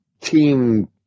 Team